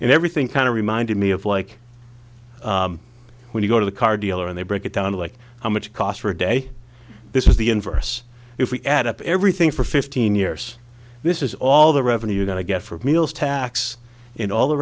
and everything kind of reminded me of like when you go to the car dealer and they break it down like how much it cost for a day this is the inverse if we add up everything for fifteen years this is all the revenue you're going to get for meals tax in all the